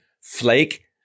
Flake